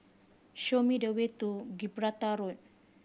show me the way to Gibraltar Road